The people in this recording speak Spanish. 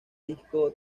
disco